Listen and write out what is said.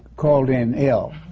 called in ill.